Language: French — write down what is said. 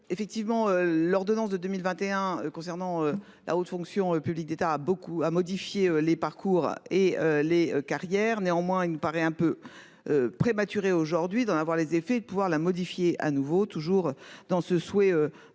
Effectivement l'ordonnance de 2021 concernant la haute fonction publique d'État a beaucoup à modifier les parcours et les carrières. Néanmoins, il me paraît un peu. Prématuré aujourd'hui d'en avoir les effets de pouvoir la modifier à nouveau, toujours dans ce souhait de